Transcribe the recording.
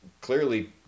clearly